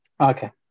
Okay